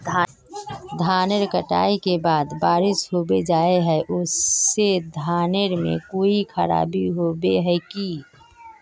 धानेर कटाई के बाद बारिश होबे जाए है ओ से धानेर में कोई खराबी होबे है की?